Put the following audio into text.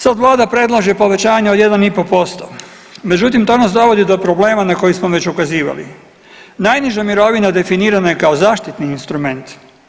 Sad vlada predlaže povećanje od 1,5%, međutim to nas dovodi do problema na koji smo već ukazivali, najniža mirovina definirana je kao zaštitni instrument.